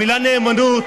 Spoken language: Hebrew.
פופוליסט.